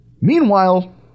Meanwhile